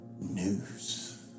news